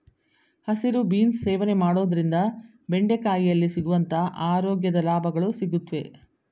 ಹಸಿರು ಬೀನ್ಸ್ ಸೇವನೆ ಮಾಡೋದ್ರಿಂದ ಬೆಂಡೆಕಾಯಿಯಲ್ಲಿ ಸಿಗುವಂತ ಆರೋಗ್ಯದ ಲಾಭಗಳು ಸಿಗುತ್ವೆ